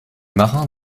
marins